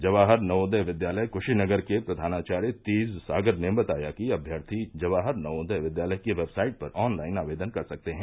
जवाहर नवोदय विद्यालय क्शीनगर के प्रधानावार्य तेज सागर ने बताया कि अम्यर्थी जवाहर नवोदय विद्यालय के वेबसाइट पर ऑनलाइन आवेदन कर सकते हैं